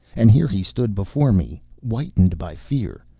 and here he stood before me, whitened by fear,